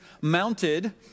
mounted